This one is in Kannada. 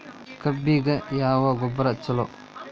ಕಬ್ಬಿಗ ಯಾವ ಗೊಬ್ಬರ ಛಲೋ?